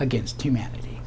against humanity